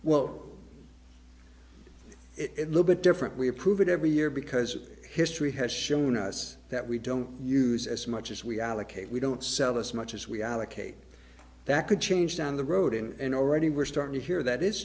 well it little bit different we approve it every year because history has shown us that we don't use as much as we allocate we don't sell as much as we allocate that could change down the road and already we're starting to hear that is